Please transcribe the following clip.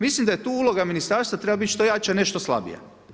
Mislim da je tu uloga ministarstva treba biti što jača, ne što slabija.